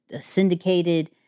syndicated